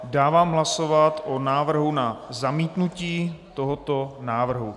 Dávám hlasovat o návrhu na zamítnutí tohoto návrhu.